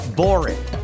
boring